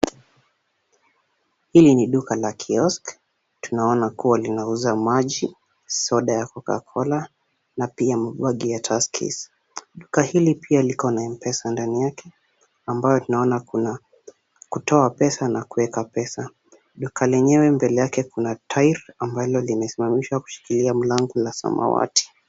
Hili ni duka la kiosk tunaona kua linauza maji, soda ya coca cola na pia mabagi ya tuskys . Duka hili pia liko na mpesa ndani yake ambayo tunaona kuna kutoa pesa na kueka pesa. Duka lenyewe mbele yake kuna tairi ambalo limesimamishwa kushikilia lango la samawati.